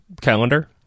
calendar